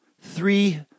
three